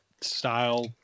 style